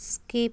skip